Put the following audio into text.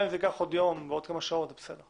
גם אם זה ייקח עוד יום ועוד כמה שעות, זה בסדר.